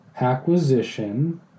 acquisition